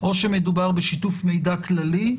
או שמדובר בשיתוף מידע כללי.